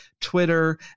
Twitter